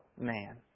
man